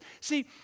See